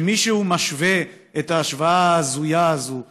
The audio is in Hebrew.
כשמישהו עושה את ההשוואה ההזויה הזאת,